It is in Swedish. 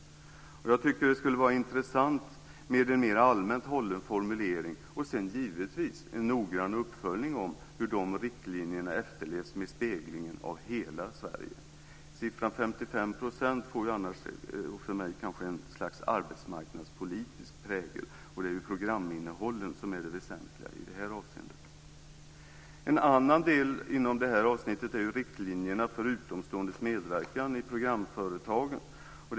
Jag tycker att det skulle vara intressant med en mer allmänt hållen formulering och sedan, givetvis, en noggrann uppföljning av hur riktlinjerna om speglingen av hela Sverige efterlevs. Siffran 55 % får för mig annars kanske ett slags arbetsmarknadspolitisk prägel, och det är ju programinnehållet som är det väsentliga i det här avseendet. En annan del inom det här avsnittet gäller riktlinjerna för utomståendes medverkan i programproduktionen.